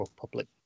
Public